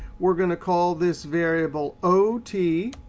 we are going to call this variable ot